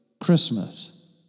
Christmas